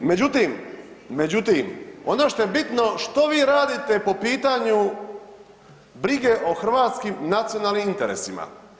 Međutim, međutim ono što je bitno što vi radite po pitanju brige o hrvatskim nacionalnim interesima?